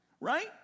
Right